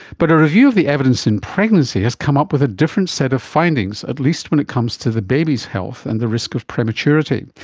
but a review of the evidence in pregnancy has come up with a different set of findings, at least when it comes to the baby's health and the risk of prematurity.